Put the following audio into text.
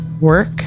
work